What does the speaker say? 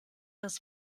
das